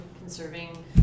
conserving